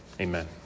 amen